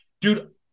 dude